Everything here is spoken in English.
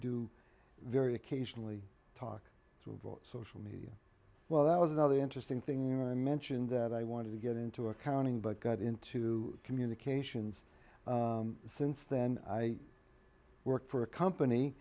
do very occasionally talk to social media well that was another interesting thing when i mentioned that i wanted to get into accounting but got into communications since then i worked for a company